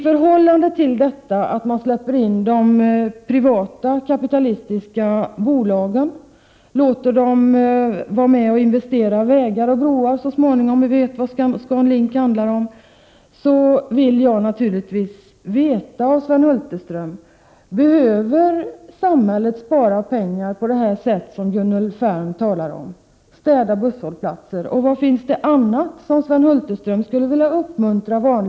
Med tanke på att man släpper in de privata kapitalistiska bolagen, låter dem vara med om att så småningom investera i vägar och broar — vi vet vad Scan Link handlar om - vill jag naturligtvis veta hur det förhåller sig och få ett svar av Sven Hulterström på frågan: Behöver samhället spara pengar på det sätt som Gunnel Färm talar om, dvs. genom att städa busshållplatser? Finns det något mer som Sven Hulterström skulle vilja uppmana vanligt folk Prot.